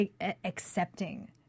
accepting